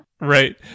Right